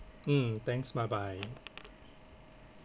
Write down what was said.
mm thanks bye bye